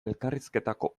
elkarrizketako